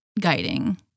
guiding